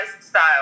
style